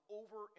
over